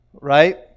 Right